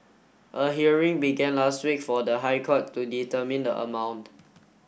a hearing began last week for the High Court to determine the amount